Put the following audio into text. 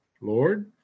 Lord